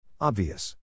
Obvious